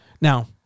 Now